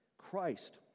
Christ